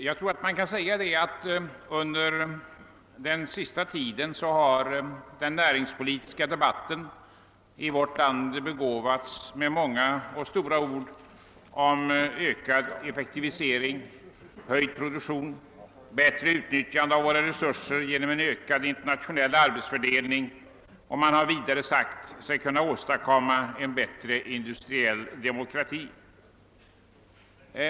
Herr talman! Den näringspolitiska debatten i vårt land har under den senaste tiden berikats med många och stora ord om ökad effektivisering, höjd produktion samt bättre utnyttjande av våra resurser genom en ökad internationell arbetsfördelning. Vidare har man sagt sig kunna åstadkomma en bättre industriell demokrati.